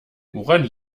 woran